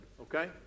Okay